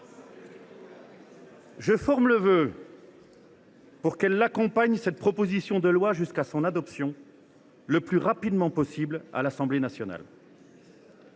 Je forme le vœu qu’elle accompagne cette proposition de loi jusqu’à son adoption, le plus rapidement possible, à l’Assemblée nationale.